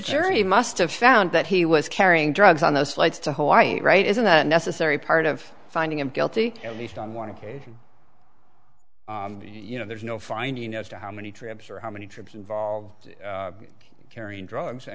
jury must have found that he was carrying drugs on those flights to hawaii right isn't that a necessary part of finding him guilty at least on one occasion and you know there's no finding as to how many trips or how many trips involved carrying drugs i